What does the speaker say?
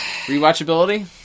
Rewatchability